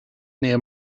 near